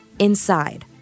inside